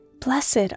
Blessed